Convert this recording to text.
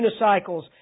unicycles